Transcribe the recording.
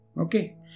okay